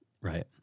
Right